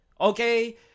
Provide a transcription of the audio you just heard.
okay